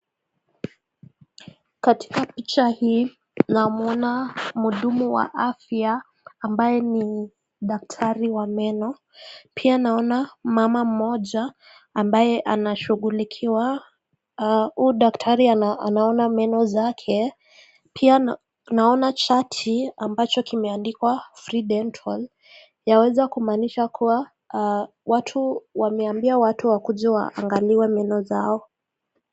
Katika picha hii namwona mhudumu wa afya ambae ni daktari wa meno, pia naona mama mmoja ambae anashughulikiwa. Huyu daktari anaona meno zake pia naona chati ambacho kimeandikwa (free dental) yaweza kumanisha kuwa watu wameabia watu wakuje waangaliwe meno zao.